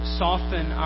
soften